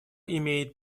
имеет